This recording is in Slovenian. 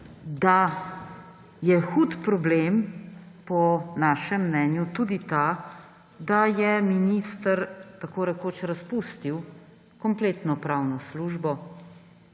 da je hud problem po našem mnenju tudi ta, da je minister tako rekoč razpustil kompletno pravno službo